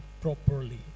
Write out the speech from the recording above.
properly